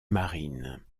marine